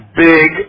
big